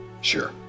Sure